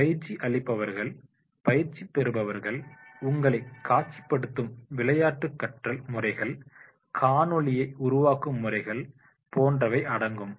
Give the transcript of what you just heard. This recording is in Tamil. பயிற்சி அளிப்பவர்கள் பயிற்சி பெறுபவர் உங்களை காட்சிப்படுத்தும் விளையாட்டு கற்றல் முறைகள்காணொளி உருவாக்கும் முறைகள் போன்றவை அடங்கும்